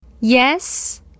Yes